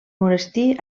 monestir